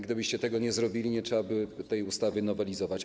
Gdybyście tego nie zrobili, nie trzeba by tej ustawy nowelizować.